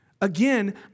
Again